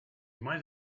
might